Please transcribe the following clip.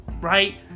Right